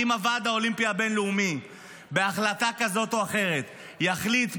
אם הוועד האולימפי הבין-לאומי בהחלטה כזו או אחרת יחליט,